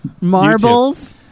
Marbles